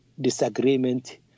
disagreement